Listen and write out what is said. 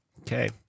Okay